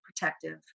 protective